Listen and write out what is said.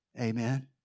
Amen